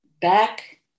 Back